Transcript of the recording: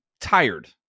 tired